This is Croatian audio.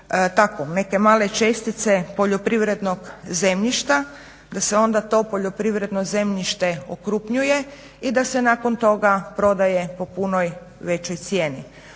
neke male čestice poljoprivrednog zemljišta, da se onda to poljoprivredno zemljište okrupnjuje i da se nakon toga prodaje po punoj, većoj cijeni.